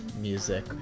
music